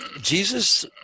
Jesus